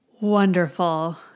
Wonderful